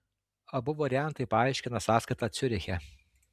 abu variantai paaiškina sąskaitą ciuriche